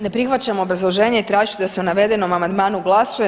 Ne prihvaćam obrazloženje i tražit ću da se o navedenom amandmanu glasuje.